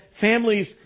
families